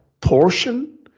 portion